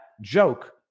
joke